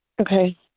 Okay